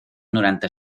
noranta